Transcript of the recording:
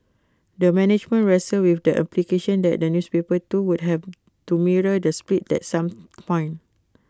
the management wrestled with the implication that the newspaper too would have to mirror the split at some point